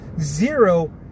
zero